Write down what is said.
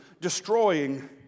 destroying